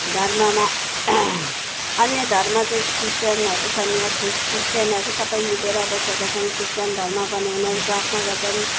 धर्ममा अन्य धर्म चाहिँ ख्रिस्टानहरू छन् ख्रिस्टानहरू सबै मिलेर बसेका छन् ख्रिस्टान धर्म पनि उनीहरू प्रार्थना गर्छन्